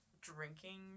drinking